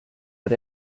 but